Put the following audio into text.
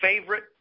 favorite